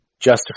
justify